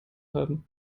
haben